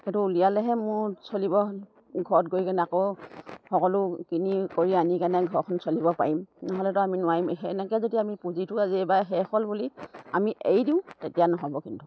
সেইটো উলিয়ালেহে মোৰ চলিব ঘৰত গৈ কেনে আকৌ সকলো কিনি কৰি আনি কেনে ঘৰখন চলিব পাৰিম নহ'লেতো আমি নোৱাৰিম সেনেকে যদি আমি পুঁজিটো আজি এইবাৰ শেষ হ'ল বুলি আমি এৰি দিওঁ তেতিয়া নহ'ব কিন্তু